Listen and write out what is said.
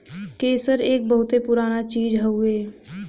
केसर एक बहुते पुराना चीज हउवे